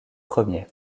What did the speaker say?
premiers